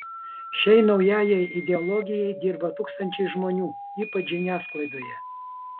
šiai naujajai ideologijai dirba tūkstančiai žmonių ypač žiniasklaidoje